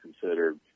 considered